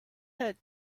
had